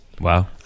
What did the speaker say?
Wow